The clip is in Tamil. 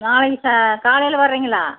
நாளைக்கு காலையில வறீங்களா